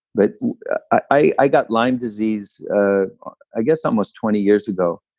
but i i got lyme disease ah i guess almost twenty years ago